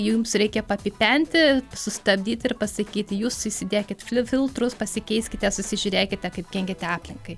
jums reikia papipenti sustabdyt ir pasakyti jūs įsidėkit filtrus pasikeiskite susižiūrėkite kaip kenkiate aplinkai